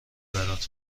برات